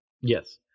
Yes